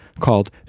called